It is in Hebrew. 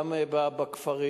גם בכפרים.